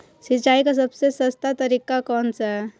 सिंचाई का सबसे सस्ता तरीका कौन सा है?